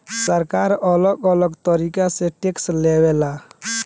सरकार अलग अलग तरीका से टैक्स लेवे ला